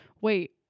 wait